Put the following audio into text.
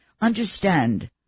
Understand